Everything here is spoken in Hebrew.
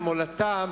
למולדתם,